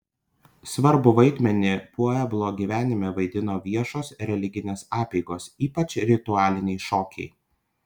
svarbų vaidmenį pueblo gyvenime vaidino viešos religinės apeigos ypač ritualiniai šokiai